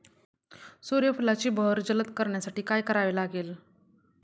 सूर्यफुलाची बहर जलद करण्यासाठी काय करावे लागेल?